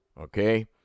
Okay